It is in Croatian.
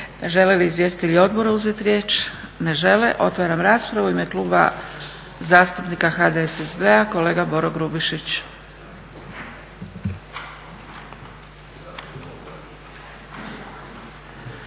Žele li izvjestitelji odbora uzeti riječ? Ne žele. Otvaram raspravu. U ime Kluba zastupnika HDSSB-a kolega Boro Grubišić.